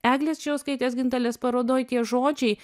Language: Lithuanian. eglės čėjauskaitės gintalės parodoj tie žodžiai